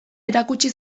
erakutsi